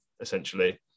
essentially